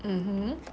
mmhmm